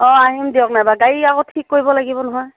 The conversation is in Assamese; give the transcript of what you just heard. অ আহিম দিয়ক নাইবা গাড়ী আকৌ ঠিক কৰিব লাগিব নহয়